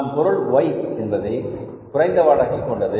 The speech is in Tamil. நாம் பொருள் Y என்பது குறைந்த லாபத்தை கொண்டது